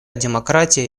демократия